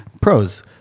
Pros